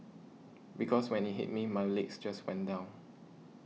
because when it hit me my legs just went down